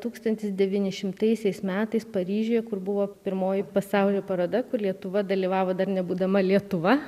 tūkstantis devynišimtaisiais metais paryžiuje kur buvo pirmoji pasaulio paroda lietuva dalyvavo dar nebūdama lietuva